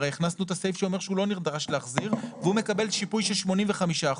הרי הכנסנו את הסעיף שהוא לא נדרש להחזיר והוא מקבל שיפוי של 85%,